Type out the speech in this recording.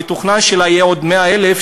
המתוכנן שלה יהיה עוד 100,000,